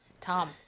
Tom